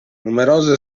numerose